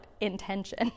intention